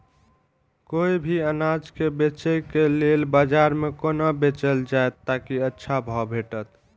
कोय भी अनाज के बेचै के लेल बाजार में कोना बेचल जाएत ताकि अच्छा भाव भेटत?